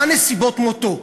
מה נסיבות מותו?